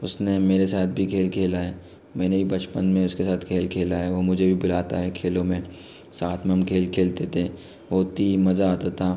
उसने मेरे साथ भी खेल खेला है मैंने भी बचपन में उसके साथ खेल खेला है वो मुझे भी बुलाता है खेलों में साथ में हम खेल खेलते थे बहुत ही मज़ा आता था